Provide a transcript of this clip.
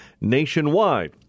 nationwide